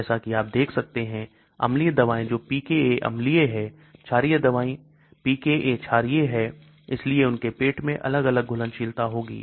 जैसा कि आप देख सकते हैं अम्लीय दवाएं जो pKa अम्लीय है क्षारीय दवाई pKa क्षारीय है इसलिए उनके पेट में अलग अलग घुलनशीलता होगी